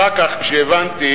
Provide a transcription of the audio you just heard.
אחר כך, כשהבנתי,